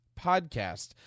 podcast